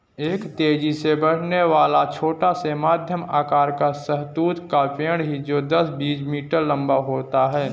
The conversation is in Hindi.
एक तेजी से बढ़ने वाला, छोटा से मध्यम आकार का शहतूत का पेड़ है जो दस, बीस मीटर लंबा होता है